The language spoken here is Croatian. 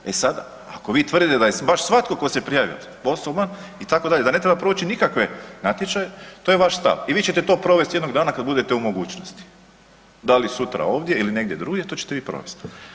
E sad ako vi tvrdite da je baš svatko tko se prijavi sposoban itd., da ne treba proći nikakve natječaje to je vaš stav i vi ćete to provesti jednog dana kada budete u mogućnosti, da li sutra ovdje ili negdje drugdje to ćete vi provesti.